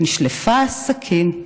נשלפה הסכין,